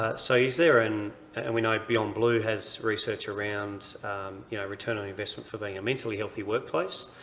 ah so is there, and and we know beyond blue has research around yeah return on investment for being a mentally healthy workplace,